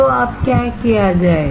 तो अब क्या किया जाए